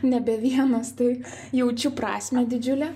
nebe vienas tai jaučiu prasmę didžiulę